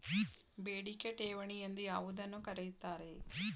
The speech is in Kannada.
ಬೇಡಿಕೆ ಠೇವಣಿ ಎಂದು ಯಾವುದನ್ನು ಕರೆಯುತ್ತಾರೆ?